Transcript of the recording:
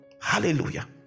Hallelujah